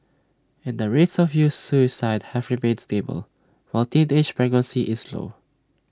and the rates of youth suicide have remained stable while teenage pregnancy is low